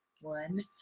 one